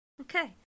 Okay